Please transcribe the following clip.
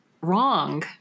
wrong